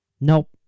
nope